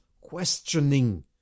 questioning